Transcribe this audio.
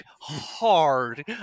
hard